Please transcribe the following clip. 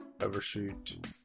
Overshoot